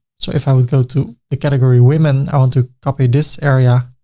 so if i would go to the category women, i want to copy this area,